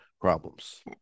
problems